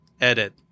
edit